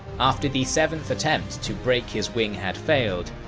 after the seventh attempt to break his wing had failed,